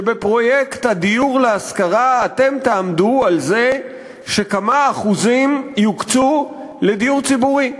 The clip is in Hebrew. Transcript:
שבפרויקט הדיור להשכרה אתם תעמדו על זה שכמה אחוזים יוקצו לדיור ציבורי.